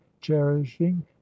cherishing